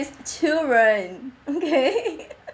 is children okay